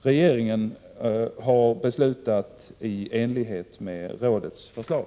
Regeringen har beslutat i enlighet med rådets förslag.